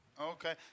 Okay